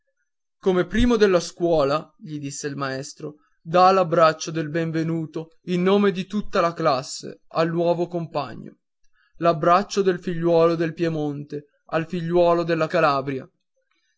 come primo della scuola gli disse il maestro dà l'abbraccio del benvenuto in nome di tutta la classe al nuovo compagno l'abbraccio dei figliuoli del piemonte al figliuolo della calabria